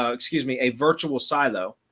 um excuse me a virtual silo,